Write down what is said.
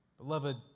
Beloved